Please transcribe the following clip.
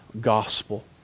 gospel